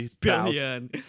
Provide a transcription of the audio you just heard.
billion